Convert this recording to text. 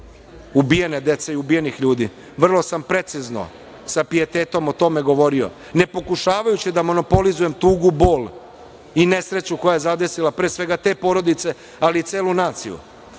ubijene dece i ubijenih ljudi. Vrlo sam precizno, sa pijetetom o tome govorio, ne pokušavajući da monopolizujem tugu, bol i nesreću koja je zadesila pre svega te porodice, ali i celu naciju,